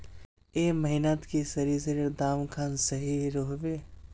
ए महीनात की सरिसर दाम खान सही रोहवे?